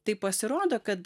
tai pasirodo kad